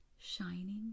shining